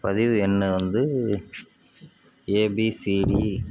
பதிவு எண்ணை வந்து ஏபிசிடி